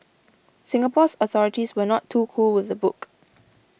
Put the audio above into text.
Singapore's authorities were not too cool with the book